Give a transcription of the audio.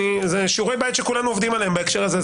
אלה שיעורי בית שכולנו עובדים עליהם בהקשר הזה,